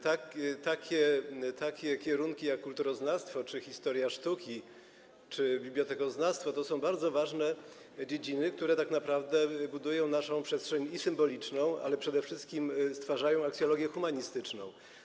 Takie kierunki jak kulturoznawstwo czy historia sztuki, czy bibliotekoznawstwo to są bardzo ważne dziedziny, które tak naprawdę budują naszą przestrzeń symboliczną, ale przede wszystkim stwarzają aksjologię humanistyczną.